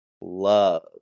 love